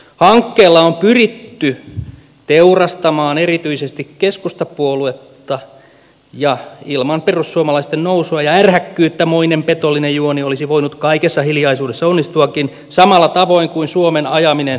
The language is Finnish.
hankkeella on pyritty teurastamaan erityisesti keskustapuoluetta ja ilman perussuomalaisten nousua ja ärhäkkyyttä moinen petollinen juoni olisi voinut kaikessa hiljaisuudessa onnistuakin samalla tavoin kuin suomen ajaminen eu liittovaltioon